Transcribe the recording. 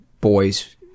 boys